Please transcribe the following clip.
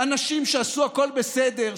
אנשים שעשו הכול בסדר,